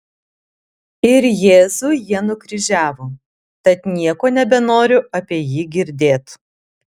ir jėzų jie nukryžiavo tad nieko nebenoriu apie jį girdėt